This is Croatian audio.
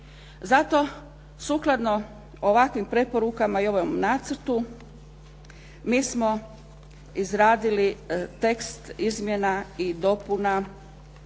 Zato sukladno ovakvim preporukama i ovom nacrtu mi smo izradili tekst izmjena i dopuna